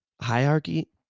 hierarchy